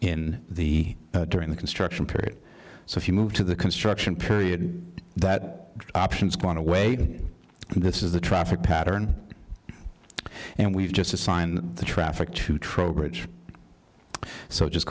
in the during the construction period so if you move to the construction period that option is gone away and this is the traffic pattern and we've just assigned the traffic to trowbridge so just